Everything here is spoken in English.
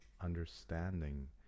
understanding